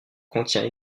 contient